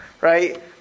right